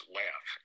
laugh